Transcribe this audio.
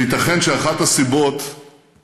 וייתכן שאחת הסיבות היא